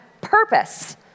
purpose